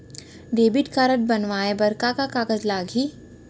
Debit card बनवाये बर का का कागज लागही?